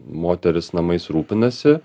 moteris namais rūpinasi